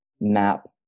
map